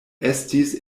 estis